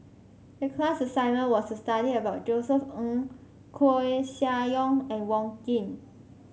the class assignment was to study about Josef Ng Koeh Sia Yong and Wong Keen